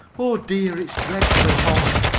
oh, dear! it's dreadfully hot!